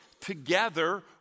together